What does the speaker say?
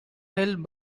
held